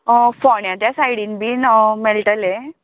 फोंड्या त्या सायडीन बीन मेळटलें